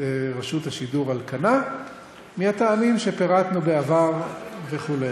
רשות השידור על כנה מהטעמים שפירטנו בעבר וכו'.